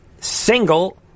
single